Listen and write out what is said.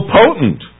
potent